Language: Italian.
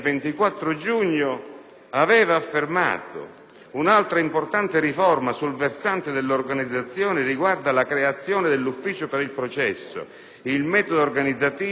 «Un'altra importante riforma sul versante dell'organizzazione riguarda la creazione dell'ufficio per il processo, il metodo organizzativo e il conferimento funzionale di tecniche e personale.